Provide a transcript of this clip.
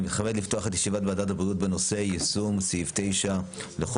אני מתכבד לפתוח את ישיבת ועדת הבריאות בנושא: יישום סעיף 9 לחוק